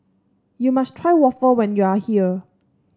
you must try waffle when you are here